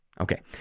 Okay